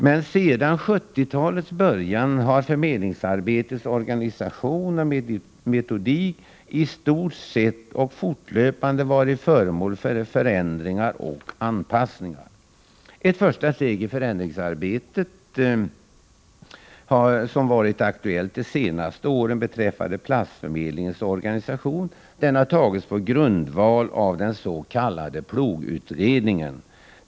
Men sedan 1970-talets början har förmedlingsarbetets organisation och metodik i stort sett fortlöpande varit föremål för förändringar och anpassningar. Ett första steg i det förändringsarbete som varit aktuellt de senaste åren beträffande platsförmedlingens organisation har tagits på grundval av den s.k. PLOG utredningen.